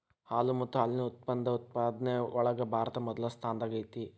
ಹಾಲು ಮತ್ತ ಹಾಲಿನ ಉತ್ಪನ್ನದ ಉತ್ಪಾದನೆ ಒಳಗ ಭಾರತಾ ಮೊದಲ ಸ್ಥಾನದಾಗ ಐತಿ